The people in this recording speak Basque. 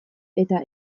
eta